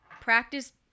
practice